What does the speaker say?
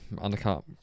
undercut